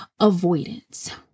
avoidance